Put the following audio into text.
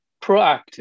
proactive